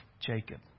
Jacob